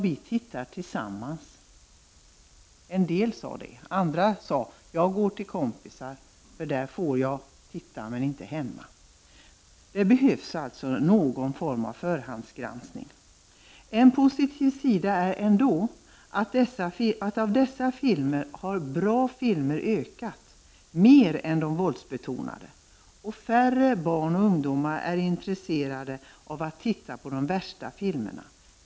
Vi tittar tillsammans, sade en del. Andra sade: Jag går till kompisar, för där får jag titta, men inte hemma. Det behövs alltså någon form av förhandsgranskning. En positiv sida är ändå att bland dessa filmer har de bra filmerna ökat i antal mer än de våldsbetonade, och färre barn och ungdomar är intresserade av att titta på de värsta filmerna.